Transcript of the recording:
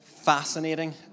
fascinating